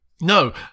No